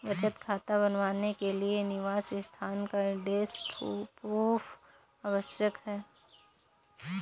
बचत खाता बनवाने के लिए निवास स्थान का एड्रेस प्रूफ आवश्यक है